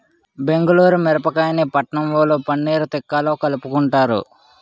బెంగుళూరు మిరపకాయని పట్నంవొళ్ళు పన్నీర్ తిక్కాలో కలుపుకుంటారు